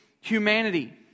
humanity